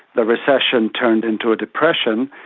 the recession turned into a depression.